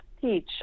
teach